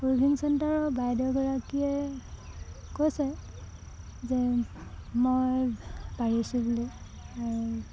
weaving চেণ্টাৰৰ বাইদেউগৰাকীয়ে কৈছে যে মই পাৰিছোঁ বুলি